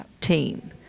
team